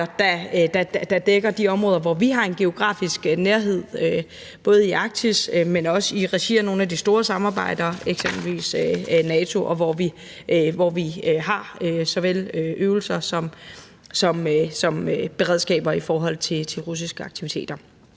der dækker de områder, hvor vi har en geografisk nærhed, både i Arktis, men også i regi af nogle af de store samarbejder, eksempelvis NATO, og hvor vi har såvel øvelser som beredskaber i forhold til russiske aktiviteter.